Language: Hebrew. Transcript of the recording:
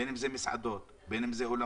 בין אם זה מסעדות, בין אם זה אולמות,